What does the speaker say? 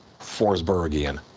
Forsbergian